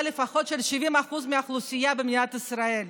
של לפחות 70% מהאוכלוסייה במדינת ישראל,